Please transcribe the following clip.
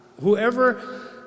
Whoever